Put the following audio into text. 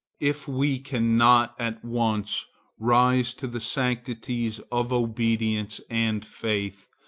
if we cannot at once rise to the sanctities of obedience and faith,